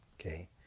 okay